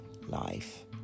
life